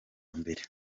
mbere